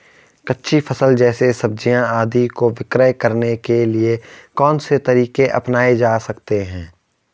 कच्ची फसल जैसे सब्जियाँ आदि को विक्रय करने के लिये कौन से तरीके अपनायें जा सकते हैं?